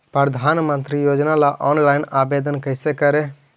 प्रधानमंत्री योजना ला ऑनलाइन आवेदन कैसे करे?